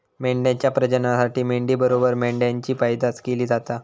मेंढ्यांच्या प्रजननासाठी मेंढी बरोबर मेंढ्यांची पैदास केली जाता